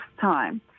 time